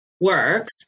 works